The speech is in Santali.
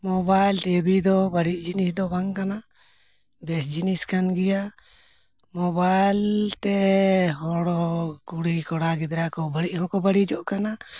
ᱢᱳᱵᱟᱭᱤᱞ ᱴᱤᱵᱷᱤ ᱫᱚ ᱵᱟᱹᱲᱤᱡ ᱡᱤᱱᱤᱥ ᱫᱚ ᱵᱟᱝ ᱠᱟᱱᱟ ᱵᱮᱥ ᱡᱤᱱᱤᱥ ᱠᱟᱱ ᱜᱮᱭᱟ ᱢᱳᱵᱟᱭᱤᱞ ᱛᱮ ᱦᱚᱲ ᱦᱚᱸ ᱠᱩᱲᱤ ᱠᱚᱲᱟ ᱜᱤᱫᱽᱨᱟᱹ ᱠᱚ ᱵᱟᱹᱲᱤᱡ ᱦᱚᱸᱠᱚ ᱵᱟᱹᱲᱤᱡᱚᱜ ᱠᱟᱱᱟ